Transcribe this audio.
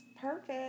perfect